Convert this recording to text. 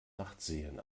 nachtsehen